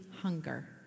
hunger